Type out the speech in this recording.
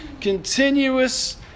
continuous